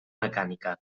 mecànica